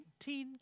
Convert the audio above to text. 19